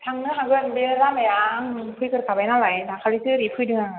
थांनो हागोन बेयो लामाया आं फैग्रोखाबाय नालाय दाखालिसो ओरै फैदों आङो